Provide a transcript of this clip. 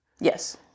Yes